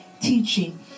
teaching